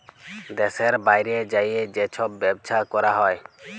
দ্যাশের বাইরে যাঁয়ে যে ছব ব্যবছা ক্যরা হ্যয়